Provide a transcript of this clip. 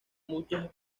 muchas